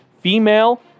female